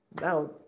Now